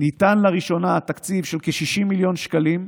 ניתן לראשונה תקציב של כ-60 מיליון שקלים,